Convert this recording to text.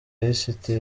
lisiti